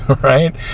right